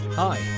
Hi